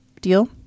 Deal